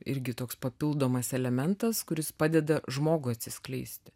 irgi toks papildomas elementas kuris padeda žmogui atsiskleisti